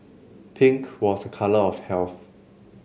pink was a colour of health